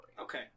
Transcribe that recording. okay